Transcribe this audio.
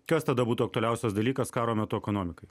kas tada būtų aktualiausias dalykas karo metu ekonomikai